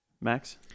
Max